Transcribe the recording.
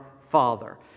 Father